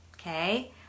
okay